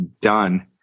done